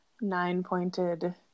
nine-pointed